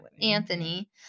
Anthony